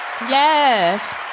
Yes